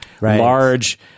large